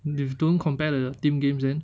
if don't compare to the team games then